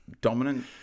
dominant